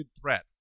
threat